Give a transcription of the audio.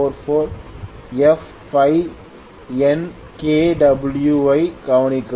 44fNkw ஐ கவனிக்கவும்